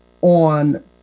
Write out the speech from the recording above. on